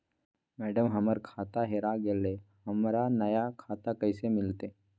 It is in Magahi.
मैडम, हमर खाता हेरा गेलई, हमरा नया खाता कैसे मिलते